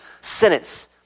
sentence